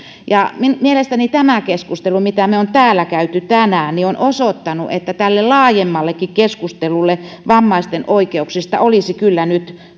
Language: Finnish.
mielestäni tämä keskustelu mitä me olemme täällä käyneet tänään on osoittanut että tälle laajemmallekin keskustelulle vammaisten oikeuksista olisi kyllä nyt